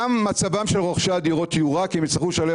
מצבם של רוכשי הדירות יורע כי הם יצטרכו לשלם